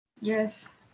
Yes